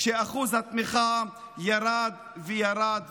אחוז התמיכה ירד וירד וירד.